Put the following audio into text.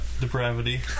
Depravity